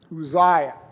Uzziah